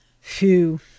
Phew